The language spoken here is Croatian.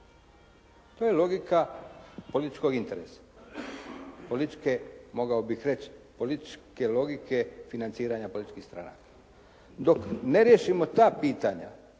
interesa, političke, mogao bih reći političke logike financiranja političkih stranaka, dok ne riješimo ta pitanja,